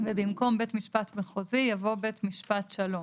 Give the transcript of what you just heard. "ובמקום "בית משפט מחוזי" יבוא "בית משפט שלום"".